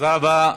תודה רבה.